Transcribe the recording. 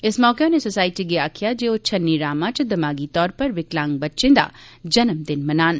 इस मौके उनें सोसायटी गी आखेआ जे ओह छन्नी रामा च दमागी तौर पर विकलांग बच्चै दा जन्मदिन मनान